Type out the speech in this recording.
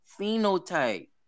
phenotype